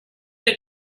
have